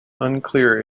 unclear